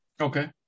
Okay